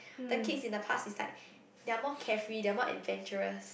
the kids in the past it's like they are more carefree they are more adventurous